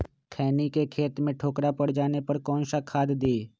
खैनी के खेत में ठोकरा पर जाने पर कौन सा खाद दी?